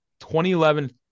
2011